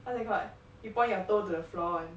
what's it called you point your toe to the floor [one]